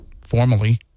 formally